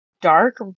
dark